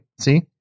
See